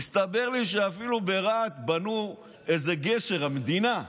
הסתבר לי שאפילו ברהט בנו איזה גשר, המדינה,